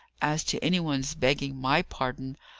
as to any one's begging my pardon,